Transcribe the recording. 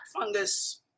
fungus